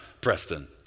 Preston